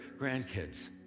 grandkids